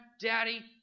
Daddy